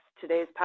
Today's